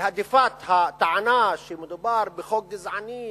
בהדיפת הטענה שמדובר בחוק גזעני,